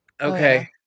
Okay